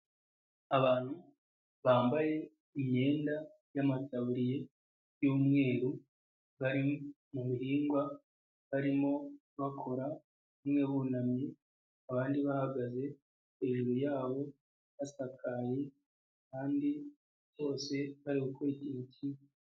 Abantu bambaye imyenda y'amataburiye y'umweru, bari mu bihingwa barimo bakora, bamwe bunamye abandi bahagaze, hejuru yabo hasakaye kandi bose bari gukora ikintu kimwe.